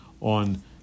on